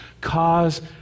cause